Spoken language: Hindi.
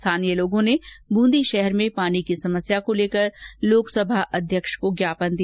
स्थानीय लोगों ने बूंदी शहर में पानी की समस्या को लेकर लोकसभा अध्यक्ष को ज्ञापन दिया